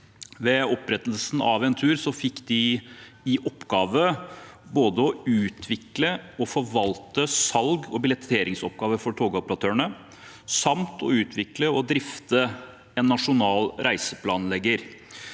Ved opprettelsen av Entur fikk de i oppgave både å utvikle og forvalte salgs- og billetteringsoppgaver for togoperatørene samt utvikle og drifte en nasjonal reiseplanlegger,